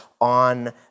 on